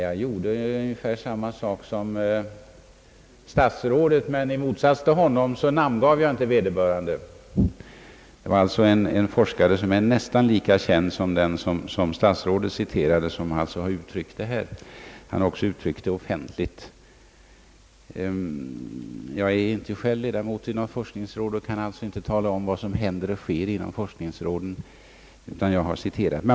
Jag uttryckte mig ungefär på samma sätt som statsrådet, men i motsats till honom namngav jag inte vederbörande — det gällde alltså en forskare, som är nästan lika känd som den som statsrådet citerade här. Han har också uttryckt det offentligt. Jag är själv inte ledamot av något forskningsråd och kan alltså inte tala om vad som händer och sker inom forskningsråden, utan jag har citerat.